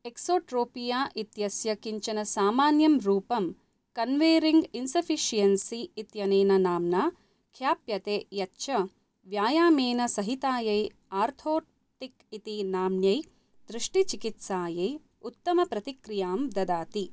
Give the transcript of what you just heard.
exotropia इत्यस्य किञ्चन सामान्यं रूपं कन्वेर्जेन्स् इन्सफिशियेन्सी इत्यनेन नाम्ना ख्याप्यते यच्च व्यायामेन सहितायै आर्थोप्टिक् इति नाम्न्यै दृष्टिचिकित्सायै उत्तमप्रतिक्रियां ददाति